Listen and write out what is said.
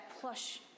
plush